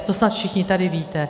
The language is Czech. To snad všichni tady víte.